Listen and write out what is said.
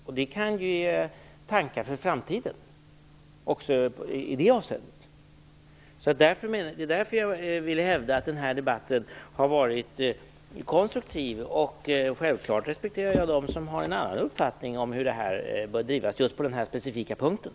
Detta kan ge tankar för framtiden också i det avseendet. Det är därför jag vill hävda att den här debatten har varit konstruktiv. Självfallet respekterar jag dem som har en annan uppfattning om hur frågan bör drivas just på den här specifika punkten.